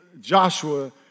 Joshua